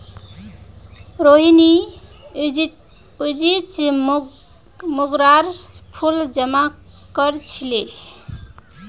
रोहिनी अयेज मोंगरार फूल जमा कर छीले